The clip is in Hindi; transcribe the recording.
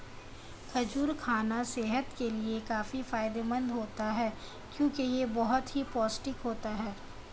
खजूर खाना सेहत के लिए काफी फायदेमंद होता है क्योंकि यह बहुत ही पौष्टिक होता है